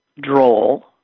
droll